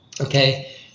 okay